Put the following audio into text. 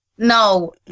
No